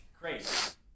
Great